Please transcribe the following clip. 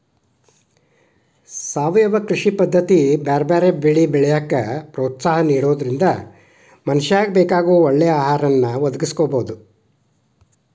ಸಾವಯವ ಕೃಷಿ ಪದ್ದತಿ ಬ್ಯಾರ್ಬ್ಯಾರೇ ಬೆಳಿ ಬೆಳ್ಯಾಕ ಪ್ರೋತ್ಸಾಹ ನಿಡೋದ್ರಿಂದ ಮನಶ್ಯಾಗ ಬೇಕಾಗೋ ಒಳ್ಳೆ ಆಹಾರವನ್ನ ಒದಗಸಬೋದು